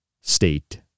state